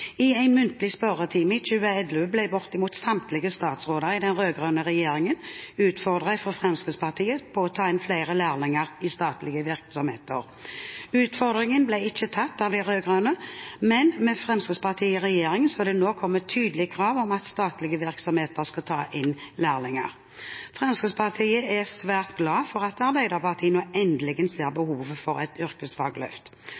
I en muntlig spørretime i 2011 ble bortimot samtlige statsråder i den rød-grønne regjeringen utfordret av Fremskrittspartiet til å ta inn flere lærlinger i statlige virksomheter. Utfordringen ble ikke tatt opp av de rød-grønne, men med Fremskrittspartiet i regjering skal det nå komme tydelige krav om at statlige virksomheter skal ta inn lærlinger. Fremskrittspartiet er svært glad for at Arbeiderpartiet endelig ser behovet for et